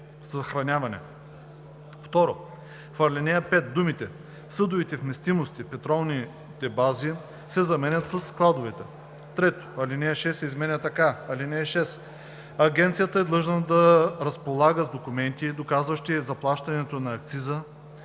2. В ал. 5 думите „Съдовите вместимости в петролните бази“ се заменят със „Складовете“. 3. Алинея 6 се изменя така: „(6) Агенцията е длъжна да разполага с документи, доказващи заплащането на акциза,